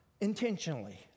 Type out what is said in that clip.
intentionally